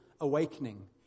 awakening